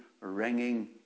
ringing